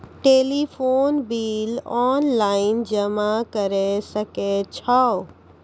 Telephone bill online जमा करै सकै छौ?